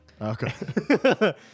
Okay